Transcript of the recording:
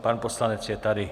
Pan poslanec je tady.